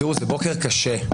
תראו, זה בוקר קשה.